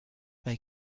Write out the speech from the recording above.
they